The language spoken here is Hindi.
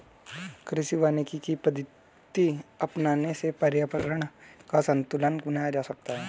कृषि वानिकी की पद्धति अपनाने से पर्यावरण का संतूलन बनाया जा सकता है